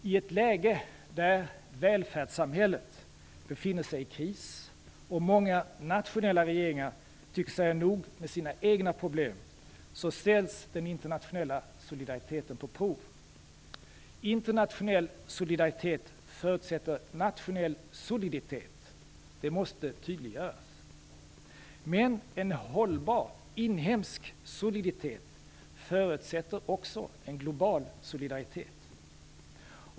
I ett läge där välfärdssamhället befinner sig i kris och många nationella regeringar tycker sig ha nog med de egna problemen ställs den internationella solidariteten på prov. Internationell solidaritet förutsätter nationell soliditet - det måste tydliggöras. Men en hållbar inhemsk soliditet förutsätter också en global solidaritet.